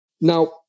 Now